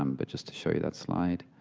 um but just to show you that slide.